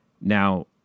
Now